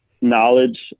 knowledge